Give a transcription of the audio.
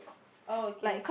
oh okay